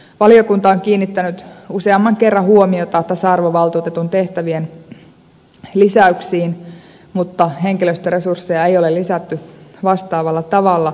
valiokunta on kiinnittänyt useamman kerran huomiota siihen että tasa arvovaltuutetun tehtäviä on lisätty mutta henkilöstöresursseja ei ole lisätty vastaavalla tavalla